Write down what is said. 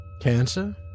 Cancer